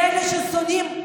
באלה ששונאים,